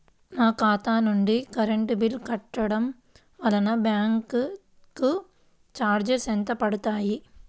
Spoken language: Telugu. నా ఖాతా నుండి కరెంట్ బిల్ కట్టడం వలన బ్యాంకు చార్జెస్ ఎంత పడతాయా?